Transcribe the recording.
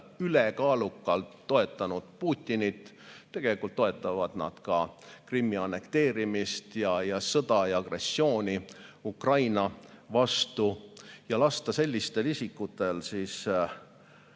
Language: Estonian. ülekaalukalt toetanud Putinit. Tegelikult toetavad nad ka Krimmi annekteerimist ja sõda ja agressiooni Ukraina vastu. Lasta sellistel isikutel Eesti